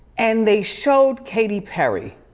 and they showed katy perry.